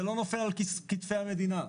זה לא נופל על כתפי המדינה.